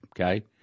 okay